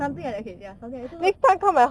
something like that okay they are something actually 如